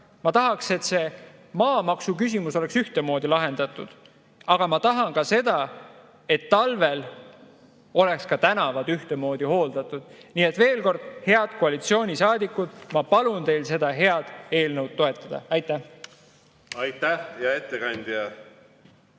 Ma tahaks, et see maamaksuküsimus oleks ühtemoodi lahendatud. Aga ma tahan ka seda, et talvel oleks tänavad ühtemoodi hooldatud. Nii et veel kord, head koalitsioonisaadikud, ma palun teil seda head eelnõu toetada. Aitäh! Aitäh, hea ettekandja!